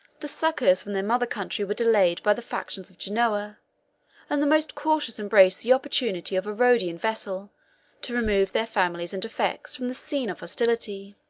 the succors from their mother-country were delayed by the factions of genoa and the most cautious embraced the opportunity of a rhodian vessel to remove their families and effects from the scene of hostility.